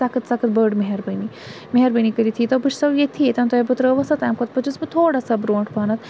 سخٕت سخٕت بٔڑ مہربٲنی مہربٲنی کٔرِتھ ییٖتَو بہٕ چھسو ییٚتھی ییٚتٮ۪ن تۄہہِ بہٕ ترٲووس نہ تمہِ کھۄتہِ پٔچِس بہٕ تھوڑا سا برونٛٹھ پَہَنتھ